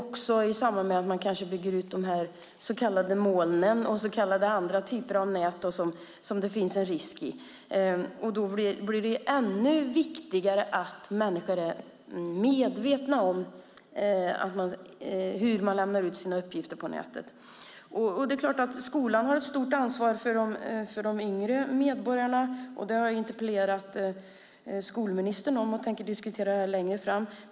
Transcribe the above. I samband med att man bygger ut de så kallade molnen och andra typer av nät finns det också en risk. Det blir då ännu viktigare att människor är medvetna om hur man lämnar ut sina uppgifter på nätet. Skolan har naturligtvis ett stort ansvar för de yngre medborgarna. Det har jag interpellerat skolministern om och det tänker jag diskutera längre fram.